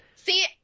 See